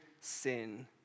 sin